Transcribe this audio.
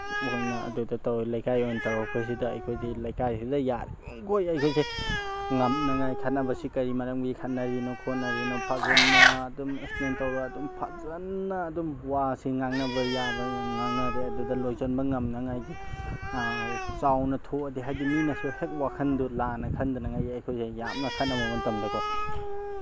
ꯃꯈꯣꯏꯅ ꯑꯗꯨꯗ ꯇꯧꯏ ꯂꯩꯀꯥꯏꯒꯤ ꯑꯣꯏꯅ ꯇꯧꯔꯛꯄꯁꯤꯗ ꯑꯩꯈꯣꯏꯗꯤ ꯂꯩꯀꯥꯏꯁꯤꯗ ꯌꯥꯔꯤꯃꯈꯩꯏ ꯑꯩꯈꯣꯏꯁꯦ ꯉꯝꯅꯉꯥꯏ ꯈꯠꯅꯕꯁꯤ ꯀꯔꯤ ꯃꯔꯝꯒꯤ ꯈꯠꯅꯔꯤꯅꯣ ꯈꯣꯠꯅꯔꯤꯅꯣ ꯐꯖꯟꯅ ꯑꯗꯨꯝ ꯑꯦꯛꯁꯄ꯭ꯂꯦꯟ ꯇꯧꯔꯒ ꯑꯗꯨꯝ ꯐꯖꯟꯅ ꯑꯗꯨꯝ ꯋꯥꯁꯤ ꯉꯥꯡꯅꯕ ꯌꯥꯕ ꯉꯥꯡꯅꯔꯦ ꯑꯗꯨꯗ ꯂꯣꯏꯁꯤꯟꯕ ꯉꯝꯅꯉꯥꯏꯒꯤ ꯆꯥꯎꯅ ꯊꯣꯛꯑꯗꯤ ꯍꯥꯏꯕꯗꯤ ꯃꯤꯅꯁꯨ ꯍꯦꯛ ꯋꯥꯈꯟꯗꯣ ꯂꯥꯟꯅ ꯈꯟꯗꯅꯉꯥꯏꯒꯤ ꯑꯩꯈꯣꯏꯁꯦ ꯌꯥꯝꯅ ꯈꯠꯅꯕ ꯃꯇꯝꯗꯀꯣ